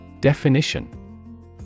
Definition